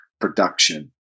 production